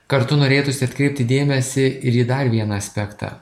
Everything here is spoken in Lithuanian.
kartu norėtųsi atkreipti dėmesį ir į dar vieną aspektą